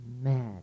mad